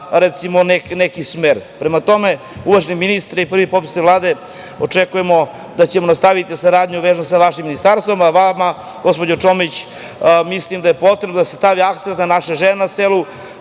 recimo, neki smer. Prema tome, uvaženi ministre i prvi potpredsedniče Vlade, očekujemo da ćemo nastaviti saradnju vezanu sa vašim Ministarstvom, a vama gospođo Čomić, mislim da je potrebno da se stavi akcenat na naše žene na selu